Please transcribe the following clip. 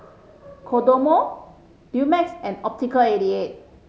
Kodomo Dumex and Optical eighty eight